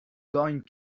going